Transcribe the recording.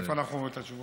למזכיר